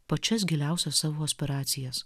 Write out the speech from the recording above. pačias giliausias savo aspiracijas